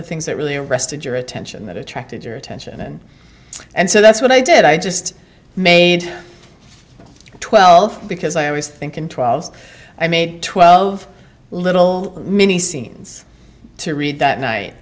the things that really arrested your attention that attracted your attention and so that's what i did i just made twelve because i always think in twelve i made twelve little mini scenes to read that night